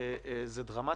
זה דרמטי.